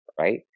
right